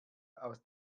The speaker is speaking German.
aus